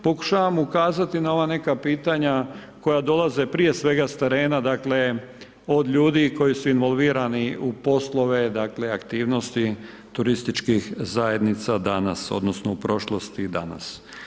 Pokušavam ukazati na ova neka pitanja koja dolaze prije svega s terena dakle od ljudi koji su involvirani u poslove, dakle aktivnosti turističkih zajednica danas, odnosno u prošlosti i danas.